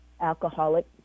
alcoholic